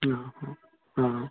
हा हा